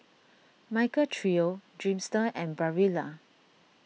Michael Trio Dreamster and Barilla